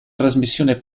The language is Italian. trasmissione